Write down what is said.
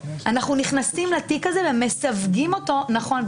אנחנו נכנסים לתיק הזה ומסווגים אותו נכון.